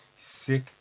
Sick